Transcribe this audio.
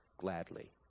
gladly